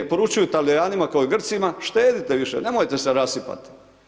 Poručuju Talijanima kao i Grcima, štedite više, nemojte se rasipati.